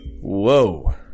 Whoa